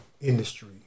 industry